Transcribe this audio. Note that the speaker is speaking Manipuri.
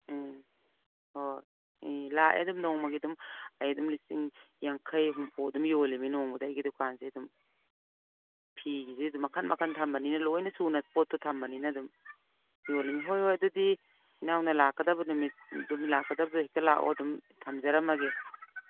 ꯎꯝ ꯍꯣ ꯎꯝ ꯂꯥꯛꯑꯦ ꯑꯗꯨꯝ ꯅꯣꯡꯃꯒꯤ ꯑꯗꯨꯝ ꯑꯩ ꯑꯗꯨꯝ ꯂꯤꯁꯤꯡ ꯌꯥꯡꯈꯩ ꯍꯨꯝꯐꯨ ꯑꯗꯨꯝ ꯌꯣꯜꯂꯤꯃꯤ ꯑꯩꯒꯤ ꯗꯨꯀꯥꯟꯁꯦ ꯑꯗꯨꯝ ꯐꯤꯒꯤꯁꯦ ꯑꯗꯨꯝ ꯃꯈꯜ ꯃꯈꯜ ꯊꯝꯕꯅꯤꯅ ꯂꯣꯏꯅ ꯁꯨꯅ ꯄꯣꯠꯇꯨ ꯊꯝꯕꯅꯤꯅ ꯑꯗꯨꯝ ꯌꯣꯜꯂꯤ ꯍꯣꯏ ꯍꯣꯏ ꯑꯗꯨꯗꯤ ꯏꯅꯥꯎꯅ ꯂꯥꯛꯀꯗꯕ ꯅꯨꯃꯤꯠ ꯂꯥꯛꯀꯗꯕꯗꯣ ꯍꯦꯛꯇ ꯂꯥꯛꯑꯣ ꯑꯗꯨꯝ ꯊꯝꯖꯔꯝꯃꯒꯦ